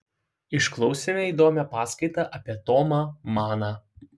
išklausėme įdomią paskaitą apie tomą maną